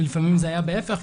ולפעמים זה היה להפך,